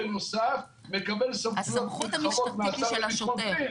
מקבל סמכויות נרחבות מהשר לביטחון פנים.